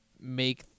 make